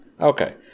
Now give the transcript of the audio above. Okay